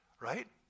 Right